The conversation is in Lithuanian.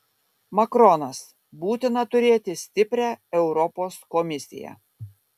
makronas būtina turėti stiprią europos komisiją